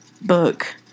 book